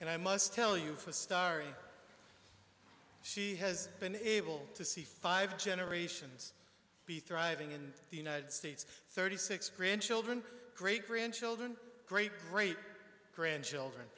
and i must tell you for starry she has been able to see five generations be thriving in the united states thirty six grandchildren great grandchildren great great grandchildren